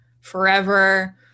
forever